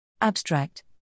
Abstract